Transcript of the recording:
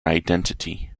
identity